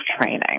training